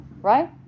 Right